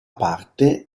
parte